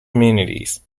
communities